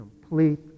complete